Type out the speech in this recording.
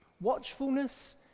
Watchfulness